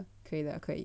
oh ok true lah 可以 lah 可以